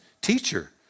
Teacher